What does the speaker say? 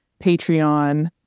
Patreon